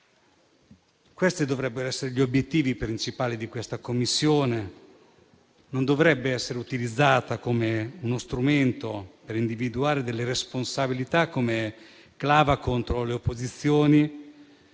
Questi dovrebbero essere gli obiettivi principali di questa Commissione, che non dovrebbe utilizzata come uno strumento per individuare delle responsabilità, come clava contro le opposizioni,